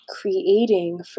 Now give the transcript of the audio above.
creating